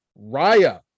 Raya